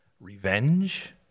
revenge